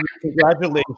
Congratulations